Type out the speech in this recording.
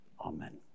Amen